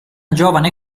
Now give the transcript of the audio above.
giovane